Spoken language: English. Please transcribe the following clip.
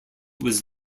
was